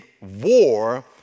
war